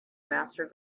master